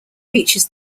features